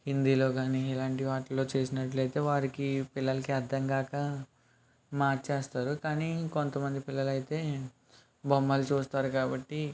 హిందీలో కానీ ఇలాంటి వాటిలో చేసినట్లయితే వారికి పిల్లలకి అర్థం కాక మార్చేస్తారు కానీ కొంతమంది పిల్లలు అయితే బొమ్మలు చూస్తారు కాబట్టి